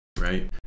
right